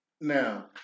Now